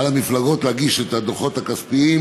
על המפלגות להגיש את הדוחות הכספיים